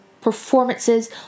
performances